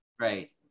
Right